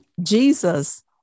Jesus